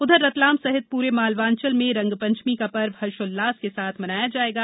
उधर रतलाम सहित पूरे मालवांचल में रंगपंचमी का पर्व हर्षोल्लास के साथ मनाया जायेगा